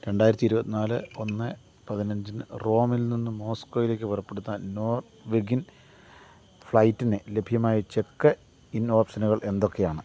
രണ്ടായിരത്തി ഇരുപത്തിന്നാല് ഒന്നേ പതിനഞ്ചിന് റോമിൽ നിന്നും മോസ്ക്കോവിലേക്ക് പുറപ്പെടുന്ന നോർവെഗിൻ ഫ്ലൈറ്റിന് ലഭ്യമായ ചെക്ക് ഇൻ ഓപ്ഷനുകൾ എന്തൊക്കെയാണ്